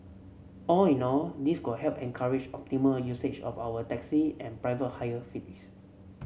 all in all this could help encourage optimal usage of our taxi and private hire